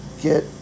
get